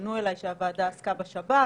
לסיכום.